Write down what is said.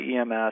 EMS